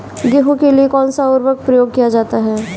गेहूँ के लिए कौनसा उर्वरक प्रयोग किया जाता है?